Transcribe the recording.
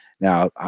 Now